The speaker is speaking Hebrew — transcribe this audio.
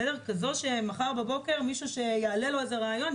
כזו שמחר בבוקר אם מישהו יעלה לו איזשהו רעיון,